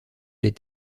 les